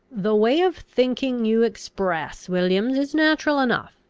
the way of thinking you express, williams, is natural enough,